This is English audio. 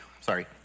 sorry